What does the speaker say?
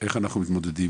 איך אנחנו מתמודדים?